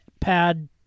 pad